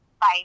Bye